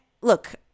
look